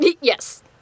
Yes